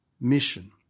mission